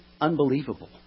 unbelievable